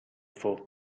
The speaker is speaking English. fourth